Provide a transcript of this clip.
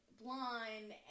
blonde